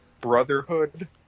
brotherhood